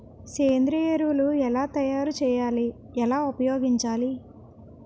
సేంద్రీయ ఎరువులు ఎలా తయారు చేయాలి? ఎలా ఉపయోగించాలీ?